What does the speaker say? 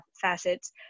facets